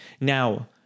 Now